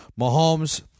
Mahomes